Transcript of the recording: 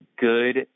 good